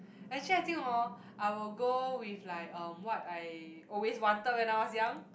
actually I think hor I will go with like uh what I always wanted when I was young